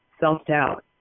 self-doubt